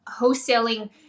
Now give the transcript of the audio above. wholesaling